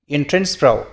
एन्ट्रेन्सफ्राव